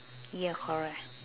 ya correct